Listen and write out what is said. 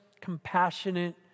compassionate